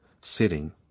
sitting